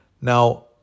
Now